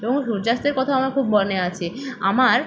এবং সূর্যাস্তের কথাও আমার খুব মনে আছে আমার